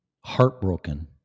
heartbroken